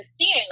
seeing